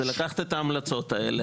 זה לקחת את ההמלצות האלה.